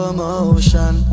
motion